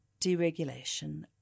deregulation